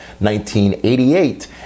1988